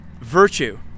virtue